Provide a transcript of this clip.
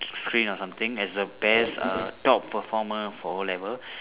screen or something as the best uh top performer for O-level